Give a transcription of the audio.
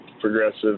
progressive